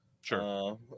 Sure